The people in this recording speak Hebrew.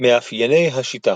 מאפייני השיטה